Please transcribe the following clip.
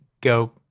Go